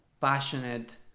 passionate